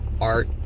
art